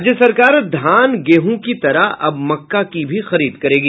राज्य सरकार धान गेहूं की तरह अब मक्का की भी खरीद करेगी